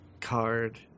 card